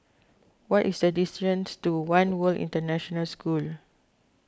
what is the distance to one World International School